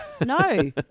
No